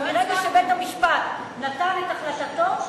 אבל מרגע שבית-המשפט נתן את החלטתו,